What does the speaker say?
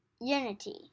Unity